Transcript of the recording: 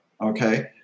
okay